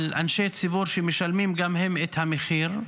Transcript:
על אנשי ציבור שמשלמים גם הם את המחיר.